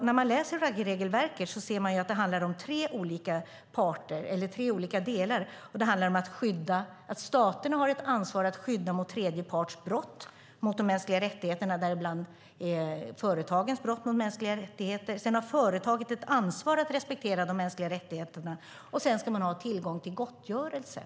När man läser Ruggieregelverket ser man att det handlar om tre olika delar - att staterna har ett ansvar att skydda mot tredje parts brott mot de mänskliga rättigheterna, däribland företagens brott mot mänskliga rättigheter, att företagen har ett ansvar att respektera de mänskliga rättigheterna samt att man ska ha tillgång till gottgörelse.